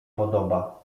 podoba